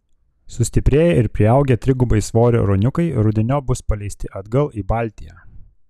sustiprėję ir priaugę trigubai svorio ruoniukai rudeniop bus paleisti atgal į baltiją